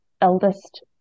eldest